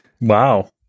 Wow